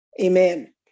amen